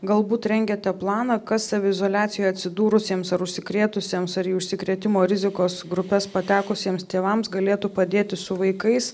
galbūt rengiate planą kas saviizoliacijoj atsidūrusiems ar užsikrėtusiems ar į užsikrėtimo rizikos grupes patekusiems tėvams galėtų padėti su vaikais